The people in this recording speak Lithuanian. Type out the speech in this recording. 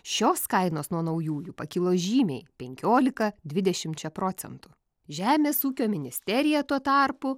šios kainos nuo naujųjų pakilo žymiai penkiolika dvidešimčia procentų žemės ūkio ministerija tuo tarpu